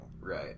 Right